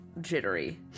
jittery